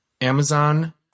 Amazon